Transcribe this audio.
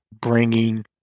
bringing